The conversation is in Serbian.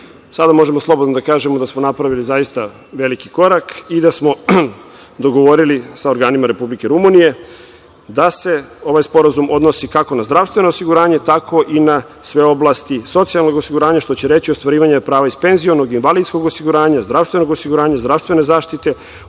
Sada možemo slobodno da kažemo da smo napravili zaista veliki korak i da smo dogovorili sa organima Republike Rumunije da se ovaj sporazum odnosi kako na zdravstveno osiguranje, tako i na sve oblasti socijalnog osiguranja, što će reći ostvarivanje prava iz penzionog, invalidskog osiguranja, zdravstvenog osiguranja, zdravstvene zaštite,